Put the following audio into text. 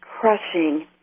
crushing